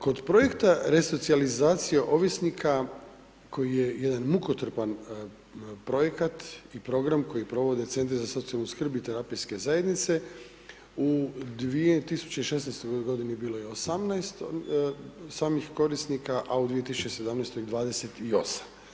Kod projekta resocijalizacije ovisnika koji je jedan mukotrpan projekat i program koji provode centri za socijalnu skrb i terapijske zajednice u 2016. godini bilo je 18 samih korisnika, a u 2017. 28.